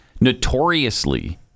notoriously